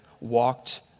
walked